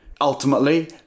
ultimately